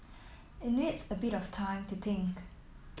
it needs a bit of time to think